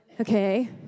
okay